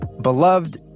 beloved